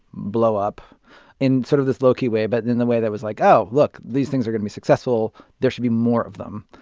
blow up in sort of this low-key way, but in the way that was like, oh, look, these things are going to be successful. there should be more of them.